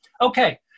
Okay